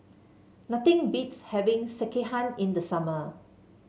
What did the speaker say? nothing beats having Sekihan in the summer